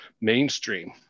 mainstream